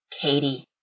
Katie